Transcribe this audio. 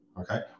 okay